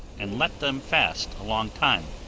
and let them fast a long time,